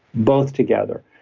both together,